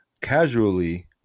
casually